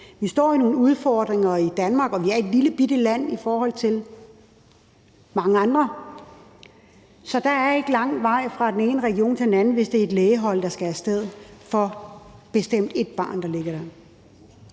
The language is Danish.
Vi står med nogle udfordringer i Danmark, og vi er et lillebitte land i forhold til mange andre, så der er ikke lang vej fra den ene region til den anden, hvis det er et lægehold, der skal af sted for at hjælpe et bestemt barn, der ligger der.